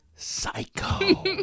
Psycho